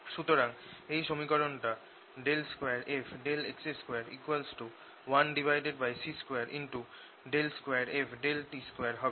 সুতরাং এই সমীকরণ টা 2fx21C22ft2 হবে